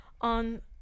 on